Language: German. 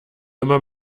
immer